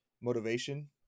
motivation